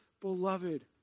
beloved